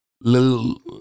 little